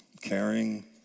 caring